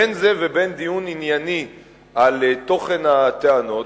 בין זה ובין דיון ענייני על תוכן הטענות,